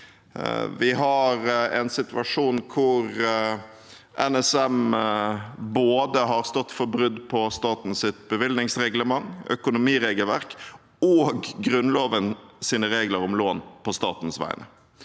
Vi har en situasjon hvor NSM har stått for brudd på både statens bevilgningsreglement, økonomiregelverk og Grunnlovens regler om lån på statens vegne.